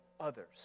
others